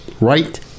right